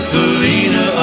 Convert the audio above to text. Felina